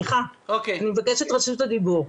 אני מבקשת את רשות הדיבור.